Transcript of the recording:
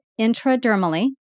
intradermally